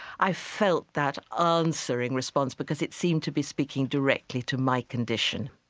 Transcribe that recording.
i felt that ah answering response because it seemed to be speaking directly to my condition